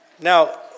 Now